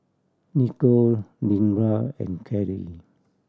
Nikko Deandra and Kaley